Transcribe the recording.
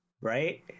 right